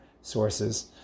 sources